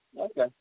Okay